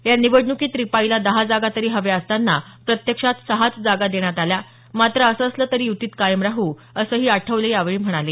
या निवडणुकीत रिपाईला दहा जागा तरी हव्या असताना प्रत्यक्षात सहाच जागा देण्यात आल्या मात्र असं असलं तरी यूतीत कायम राहू असंही आठवले यावेळी म्हणाले